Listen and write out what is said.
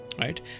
right